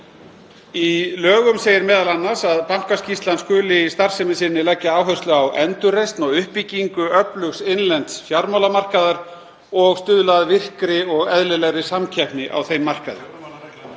Í lögum segir m.a. að Bankasýslan skuli í starfsemi sinni leggja áherslu á endurreisn og uppbyggingu öflugs innlends fjármálamarkaðar og stuðla að virkri og eðlilegri samkeppni á þeim markaði.